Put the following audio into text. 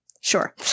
Sure